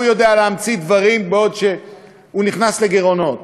יודע להמציא דברים בעוד שהוא נכנס לגירעונות.